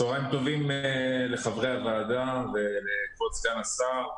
צוהריים טובים לחברי הוועדה ולכבוד סגן השר.